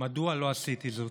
מדוע לא עשיתי זאת.